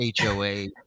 HOA